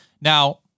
now